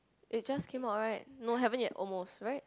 it just came out right no haven't yet almost right